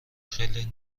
خیلی